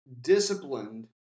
disciplined